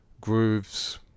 grooves